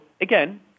again